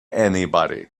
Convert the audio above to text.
anybody